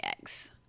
eggs